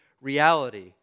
reality